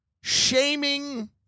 shaming